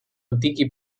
antichi